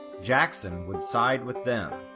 jackson would side with them.